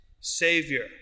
Savior